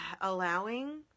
allowing